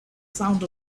sound